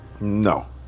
No